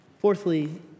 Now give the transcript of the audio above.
Fourthly